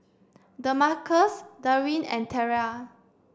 Demarcus Darwyn and Terell